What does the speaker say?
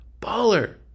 baller